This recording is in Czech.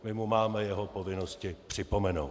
My mu máme jeho povinnosti připomenout.